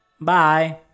Bye